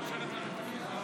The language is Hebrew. התשפ"א 2012, לא